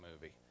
movie